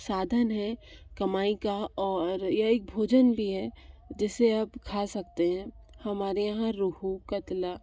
साधन है कमाई का और यह एक भोजन भी है जिसे आप खा सकते हैं हमारे यहाँ रोहू कतला